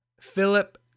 Philip